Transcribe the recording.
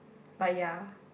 but ya